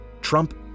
Trump